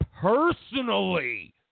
personally